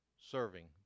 serving